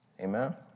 Amen